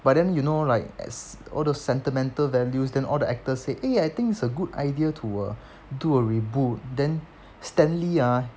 but then you know like as all the sentimental values then all the actors say eh I think it's a good idea to uh do a reboot then stanley ah